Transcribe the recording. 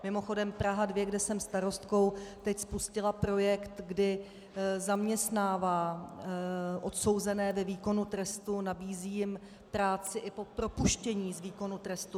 Mimochodem Praha 2, kde jsem starostkou, teď spustila projekt, kdy zaměstnává odsouzené ve výkonu trestu, nabízí jim práci i po propuštění z výkonu trestu.